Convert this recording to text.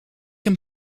een